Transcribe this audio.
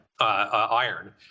iron